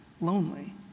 lonely